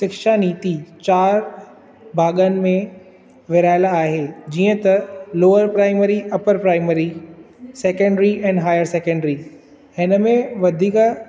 शिक्षा नीति चार भाङनि में विराहियल आहे जीअं त lower primary upper primary secondary and higher secondary हिन मे वधीक